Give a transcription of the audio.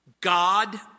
God